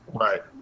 Right